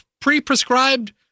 pre-prescribed